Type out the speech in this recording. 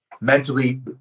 Mentally